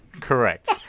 Correct